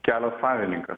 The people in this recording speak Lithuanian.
kelio savininkas